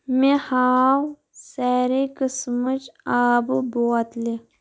مےٚ ہاو سارے قسمٕچ آبہٕ بوتلہِ